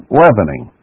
leavening